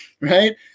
right